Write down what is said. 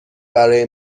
برای